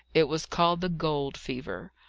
it was called the gold fever.